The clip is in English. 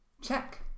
Check